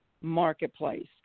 marketplace